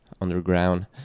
Underground